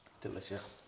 Delicious